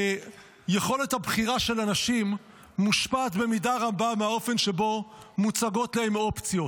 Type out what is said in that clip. יכולת הבחירה של אנשים מושפעת במידה רבה מהאופן שבו מוצגות להם אופציות.